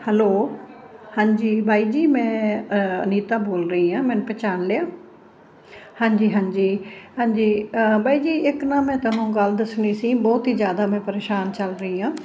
hello ਹਾਂਜੀ ਬਾਈ ਜੀ ਮੈਂ ਅਨੀਤਾ ਬੋਲ ਰਹੀ ਹਾਂ ਮੈਨੂੰ ਪਹਿਚਾਣ ਲਿਆ ਹਾਂਜੀ ਹਾਂਜੀ ਹਾਂਜੀ ਬਾਈ ਜੀ ਇੱਕ ਨਾ ਮੈਂ ਤੁਹਾਨੂੰ ਗੱਲ ਦੱਸਣੀ ਸੀ ਬਹੁਤ ਹੀ ਜ਼ਿਆਦਾ ਮੈਂ ਪਰੇਸ਼ਾਨ ਚੱਲ ਰਹੀ ਹਾਂ